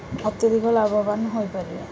ଅତ୍ୟଧିକ ଲାଭବାନ ହୋଇପାରିବେ